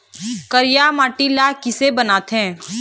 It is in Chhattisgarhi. करिया माटी ला किसे बनाथे?